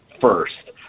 first